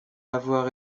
avoir